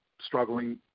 struggling